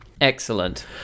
Excellent